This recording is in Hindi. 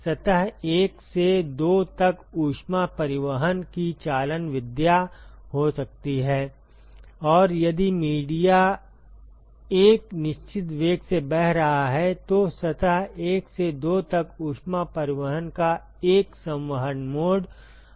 सतह 1 से 2 तक ऊष्मा परिवहन की चालन विधा हो सकती है और यदि मीडिया एक निश्चित वेग से बह रहा है तो सतह 1 से 2 तक ऊष्मा परिवहन का एक संवहन मोड हमेशा हो सकता है